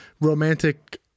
romantic